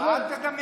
אל, אותי,